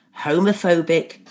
homophobic